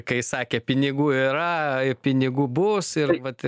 kai sakė pinigų yra pinigų bus ir vat